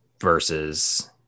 versus